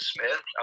Smith